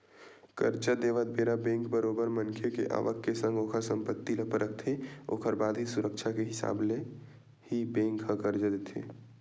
करजा देवत बेरा बेंक बरोबर मनखे के आवक के संग ओखर संपत्ति ल परखथे ओखर बाद ही सुरक्छा के हिसाब ले ही बेंक ह करजा देथे